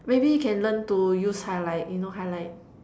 maybe can learn to use highlight you know highlight